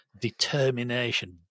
determination